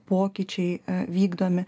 pokyčiai vykdomi